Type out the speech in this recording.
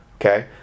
okay